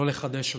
לא לחדש אותן,